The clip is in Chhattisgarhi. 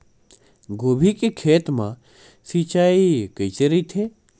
गोभी के खेत मा सिंचाई कइसे रहिथे?